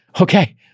Okay